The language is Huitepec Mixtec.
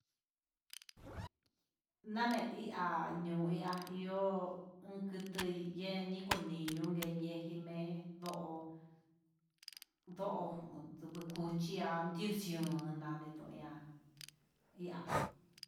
Name ihá ñoo ihá ihó uun kutu yee niko niñon yee nguejimé ndo ndo kuchian nani to'ó ñá ihá ihá.